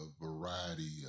variety